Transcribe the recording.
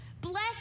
Bless